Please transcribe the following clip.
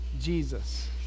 Jesus